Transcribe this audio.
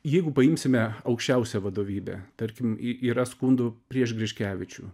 jeigu paimsime aukščiausią vadovybę tarkim yra skundų prieš griškevičių